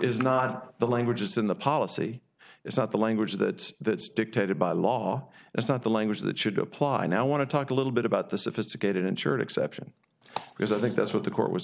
is not the language is in the policy it's not the language that that is dictated by law it's not the language that should apply now i want to talk a little bit about the sophisticated insured exception because i think that's what the court was